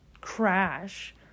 crash